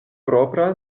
propra